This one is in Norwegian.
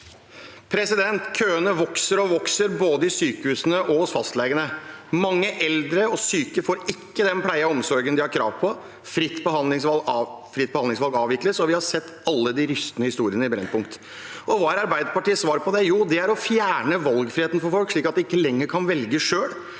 Køene vokser og vokser, både i sykehusene og hos fastlegene. Mange eldre og syke får ikke den pleien og omsorgen de har krav på. Fritt behandlingsvalg avvikles, og vi har sett alle de rystende historiene i Brennpunkt. Hva er Arbeiderpartiets svar på det? Jo, det er å fjerne valgfriheten for folk, slik at de ikke lenger kan velge selv.